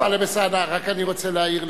חבר הכנסת טלב אלסאנע, אני רק רוצה להעיר לך.